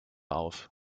auf